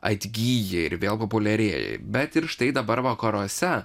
atgyja ir vėl populiarėja bet ir štai dabar vakaruose